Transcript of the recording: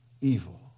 evil